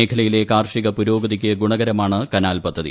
മേഖലയിലെ കാർഷിക പുരോഗതിക്ക് ഗുണകരമാണ് കനാൽ പദ്ധതി